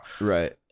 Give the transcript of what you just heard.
Right